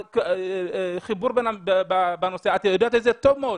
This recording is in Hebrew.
את יודעת את זה טוב מאוד.